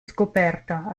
scoperta